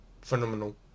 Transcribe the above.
phenomenal